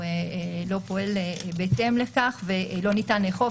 הוא לא פועל בהתאם לכך ולא ניתן לאכוף,